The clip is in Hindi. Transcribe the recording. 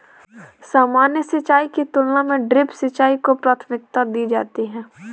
सामान्य सिंचाई की तुलना में ड्रिप सिंचाई को प्राथमिकता दी जाती है